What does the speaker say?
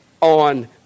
on